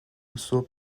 صبح